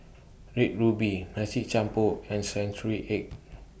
Red Ruby Nasi Campur and Century Egg